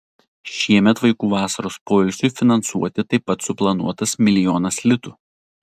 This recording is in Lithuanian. šiemet vaikų vasaros poilsiui finansuoti taip pat suplanuotas milijonas litų